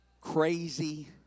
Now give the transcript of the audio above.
crazy